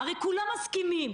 הרי כולם מסכימים,